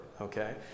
okay